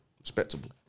Respectable